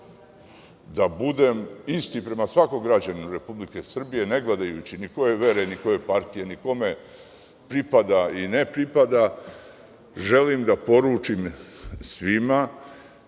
da budem isti prema svakom građaninu Republike Srbije ne gledajući ni koje je vere, ni koje partije, ni kome pripada i ne pripada, želim da poručim svima